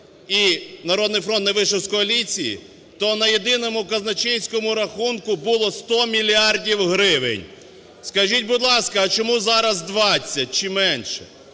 і "Народний фронт" не вийшов з коаліції, то на єдиному казначейському рахунку було 100 мільярдів гривень. Скажіть, будь ласка, а чому зараз 20, чи менше?